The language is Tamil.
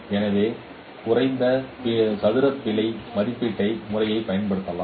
எனவே குறைந்த சதுர பிழை மதிப்பீட்டு முறையைப் பயன்படுத்தலாம்